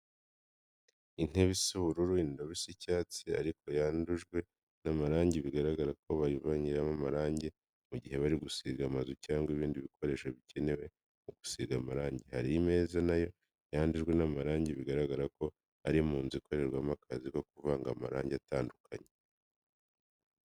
Intebe isa ubururu, indobo isa icyatsi ariko yandujwe n'amarangi, bigaragara ko bayivangiramo amarangi mu gihe bari gusiga amazu cyangwa ibindi bikoresho bikenewe mu gusiga amarangi, hari imeza na yo yandujwe n'amarangi, biragaragara ko ari mu nzu ikorerwamo akazi ko kuvanga amarangi atandukanye.